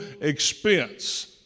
expense